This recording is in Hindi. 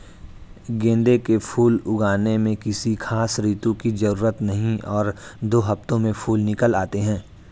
गेंदे के फूल उगाने में किसी खास ऋतू की जरूरत नहीं और दो हफ्तों में फूल निकल आते हैं